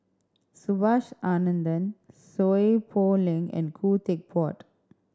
Subhas Anandan Seow Poh Leng and Khoo Teck Puat